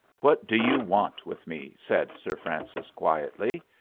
what do you want with me? said sir francis, quietly.